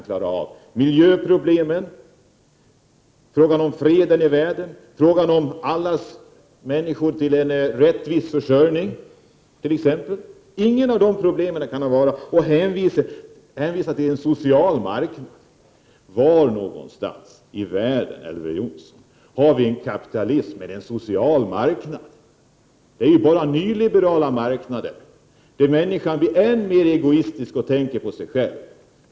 Den klarar inte miljöproblemen, inte frågan om fred i världen och inte frågan om alla människors rätt till en rättvis försörjning. Elver Jonsson hänvisar till en social marknad. Var någonstans i världen finns det en kapitalism med en social marknad? Det handlar bara om nyliberala marknader, där människan blir än mer egoistisk och tänker på sig själv.